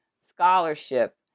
scholarship